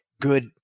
good